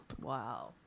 Wow